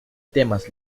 temas